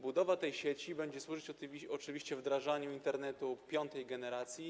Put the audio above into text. Budowa tej sieci będzie służyć oczywiście wdrażaniu Internetu piątej generacji.